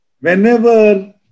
whenever